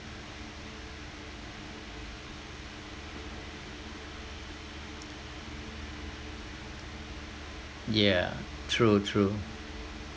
yeah true true